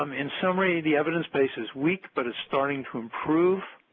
um in summary, the evidence-base is weak but is starting to improve.